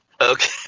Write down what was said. Okay